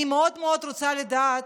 אני מאוד מאוד רוצה לדעת,